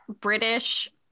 british